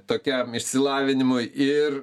tokiam išsilavinimui ir